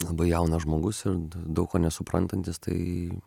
labai jaunas žmogus daug ko nesuprantantis tai